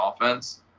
offense